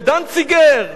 ודנציגר,